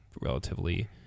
relatively